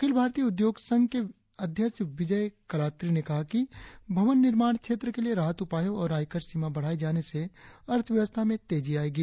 अखिल भारतीय उद्योग संघ के अध्यक्ष विजय कलांत्री ने कहा कि भवन निर्माण क्षेत्र के लिए राहत उपायों और आयकर सीमा बढ़ाए जाने से अर्थव्यवस्था में तेजी आएगी